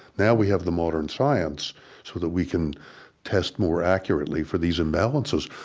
now we have the modern science so that we can test more accurately for these imbalances,